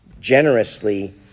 generously